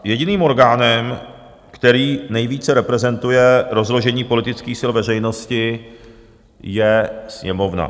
Jediným orgánem, který nejvíce reprezentuje rozložení politických sil veřejnosti, je Sněmovna.